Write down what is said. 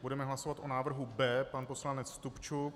Budeme hlasovat o návrhu B, pan poslanec Stupčuk.